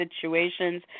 situations